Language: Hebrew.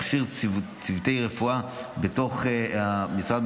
מכשיר צוותי רפואה בתוך המשרד,